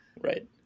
Right